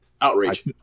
outrage